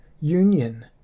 union